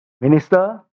minister